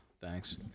Thanks